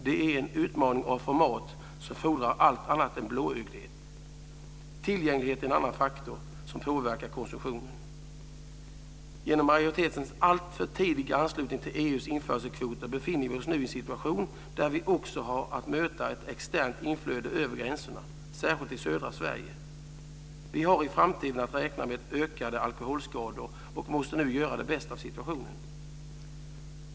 Det är en utmaning av format, som fordrar allt annat än blåögdhet. Tillgänglighet är en annan faktor som påverkar konsumtionen. Genom majoritetens alltför tidiga anslutning till EU:s införselkvoter befinner vi oss nu i en situation där vi också har att möta ett externt inflöde över gränserna, särskilt i södra Sverige. Vi har i framtiden att räkna med ökade alkoholskador och måste nu göra det bästa av situationen.